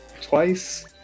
twice